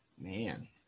Man